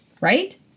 right